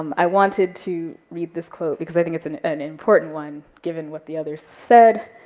i wanted to read this quote, because i think it's an an important one, given what the others said.